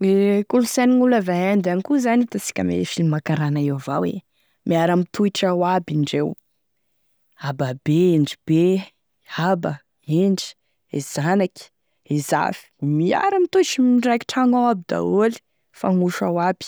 E kolosaine gn' olo avy a Inde agny koa zany hitasika ame film karana io avao e, miara-mitotry ao aby indreo, ababe, endribe, aba, endry e zanaky e zafy, miaraky totry miraiky tragno ao aby daoly, mifagnosy ao aby